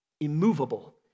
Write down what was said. Immovable